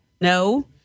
no